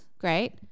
Great